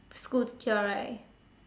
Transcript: school teacher right